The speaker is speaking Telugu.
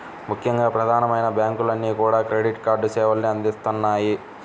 ముఖ్యంగా ప్రధానమైన బ్యాంకులన్నీ కూడా క్రెడిట్ కార్డు సేవల్ని అందిత్తన్నాయి